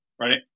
right